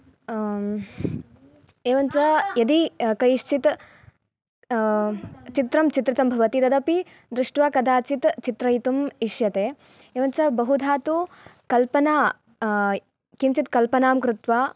एवञ्च यदि कैश्चित् चित्रं चित्रितम् भवति तदपि दृष्ट्वा कदाचित् चित्रयितुं इष्यते एवं च बहुधा तु कल्पना किंचित् कल्पनां कृत्वा